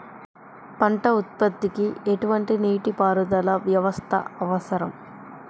పంట ఉత్పత్తికి ఎటువంటి నీటిపారుదల వ్యవస్థ అవసరం?